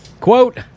Quote